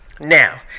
Now